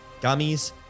gummies